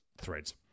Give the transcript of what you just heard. threads